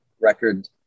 record